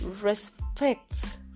respect